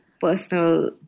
personal